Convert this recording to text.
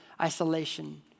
isolation